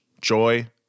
Joy